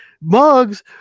mugs